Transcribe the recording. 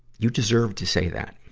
you deserve to say that.